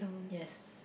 yes